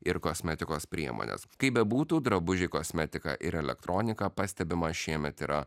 ir kosmetikos priemones kaip bebūtų drabužiai kosmetika ir elektronika pastebima šiemet yra